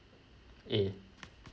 A